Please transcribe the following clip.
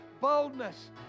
boldness